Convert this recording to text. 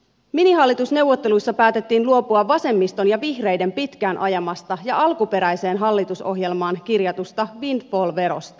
minihallitusneuvotteluissa päätettiin luopua vasemmiston ja vihreiden pitkään ajamasta ja alkuperäiseen hallitusohjelmaan kirjatusta windfall verosta